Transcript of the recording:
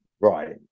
right